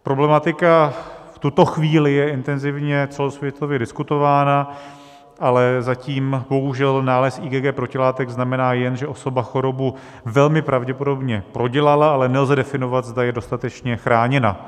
Problematika v tuto chvíli je intenzivně celosvětově diskutována, ale zatím bohužel nález IgG protilátek znamená jen, že osoba chorobu velmi pravděpodobně prodělala, ale nelze definovat, zda je dostatečně chráněna.